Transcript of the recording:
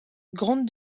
grandes